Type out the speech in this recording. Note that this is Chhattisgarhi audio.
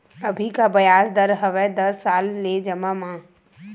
अभी का ब्याज दर हवे दस साल ले जमा मा?